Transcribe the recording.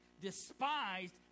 despised